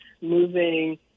moving